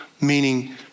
meaning